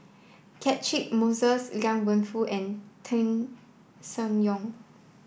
Catchick Moses Liang Wenfu and Tan Seng Yong